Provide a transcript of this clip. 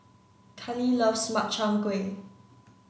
Kallie loves Makchang Gui